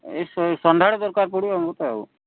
ସନ୍ଧ୍ୟା ବେଳେ ଦରକାର ପଡ଼ିବ ମୋତେ ଆଉ